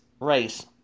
race